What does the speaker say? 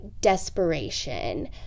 desperation